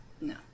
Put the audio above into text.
No